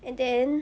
and then